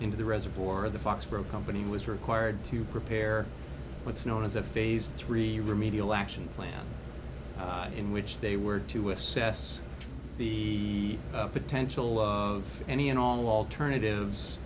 into the reservoir of the foxborough company was required to prepare what's known as a phase three remedial action plan in which they were to assess the potential of any and all alternatives